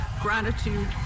gratitude